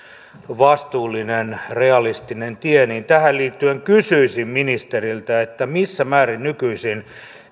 vastuullinen realistinen tie tähän liittyen kysyisin ministeriltä missä määrin nykyisin